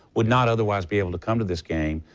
would not other wise be able to come to this game.